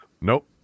Nope